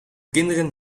kinderen